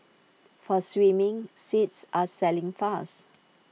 for swimming seats are selling fast